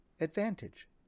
advantage